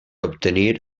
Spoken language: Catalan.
obtenir